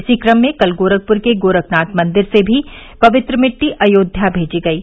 इसी क्रम में कल गोरखपुर के गोरखनाथ मंदिर से भी पवित्र मिट्टी अयोध्या भेजी गयी